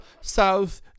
South